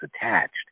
attached